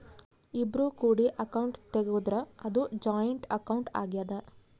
ಇಬ್ರು ಕೂಡಿ ಅಕೌಂಟ್ ತೆಗುದ್ರ ಅದು ಜಾಯಿಂಟ್ ಅಕೌಂಟ್ ಆಗ್ಯಾದ